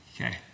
Okay